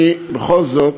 בכל זאת